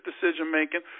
decision-making